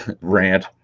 rant